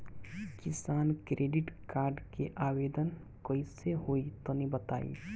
किसान credit card के आवेदन कईसे होई तनि बताई?